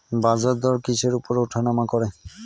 বাজারদর কিসের উপর উঠানামা করে?